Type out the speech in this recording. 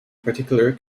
particular